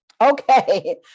Okay